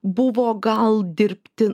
buvo gal dirbti